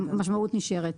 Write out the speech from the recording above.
המשמעות נשארת.